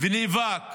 ונאבק